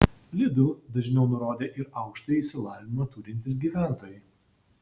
lidl dažniau nurodė ir aukštąjį išsilavinimą turintys gyventojai